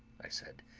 i said.